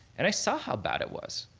and i saw how bad it was.